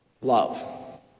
Love